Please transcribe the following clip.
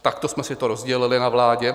Takto jsme si to rozdělili na vládě.